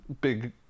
big